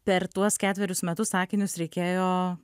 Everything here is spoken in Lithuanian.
per tuos ketverius metus akinius reikėjo